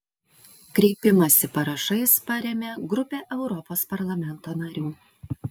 kreipimąsi parašais parėmė grupė europos parlamento narių